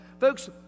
folks